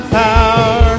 power